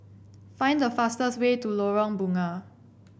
find the fastest way to Lorong Bunga